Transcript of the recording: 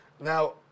now